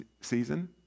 season